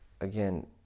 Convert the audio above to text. again